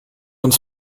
uns